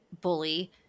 bully